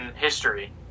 history